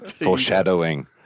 foreshadowing